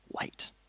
wait